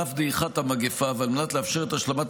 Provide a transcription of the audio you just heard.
על אף דעיכת המגפה,